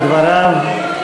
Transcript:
על דבריו.